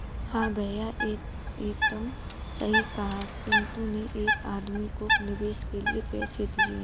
हां भैया एकदम सही कहा पिंटू ने एक आदमी को निवेश के लिए पैसे दिए